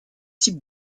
types